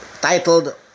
titled